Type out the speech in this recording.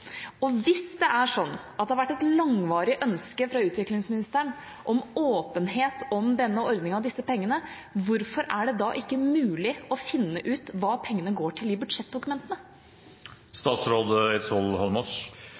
Hvis det er sånn at det har vært et langvarig ønske fra utviklingsministeren om åpenhet om denne ordningen og disse pengene, hvorfor er det da ikke mulig å finne ut hva pengene går til i